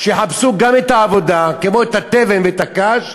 שיחפשו את העבודה כמו את התבן ואת הקש,